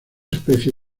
especie